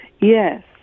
Yes